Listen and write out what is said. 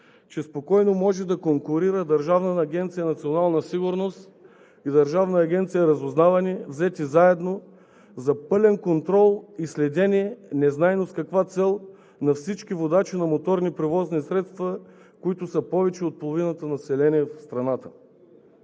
че спокойно може да конкурира Държавна агенция „Национална сигурност“ и Държавна агенция „Разузнаване“ взети заедно за пълен контрол и следене, незнайно с каква цел, на всички водачи на моторни превозни средства, които са повече от половината население в страната.